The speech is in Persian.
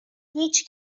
هیچ